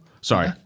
Sorry